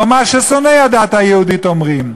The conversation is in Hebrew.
או מה ששונאי הדת היהודית אומרים?